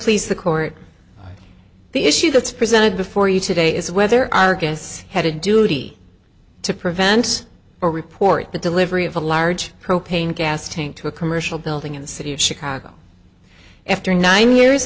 please the court the issue that's presented before you today is whether arcus had a duty to prevent or report the delivery of a large propane gas tank to a commercial building in the city of chicago after nine years